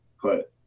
put